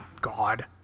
God